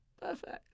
perfect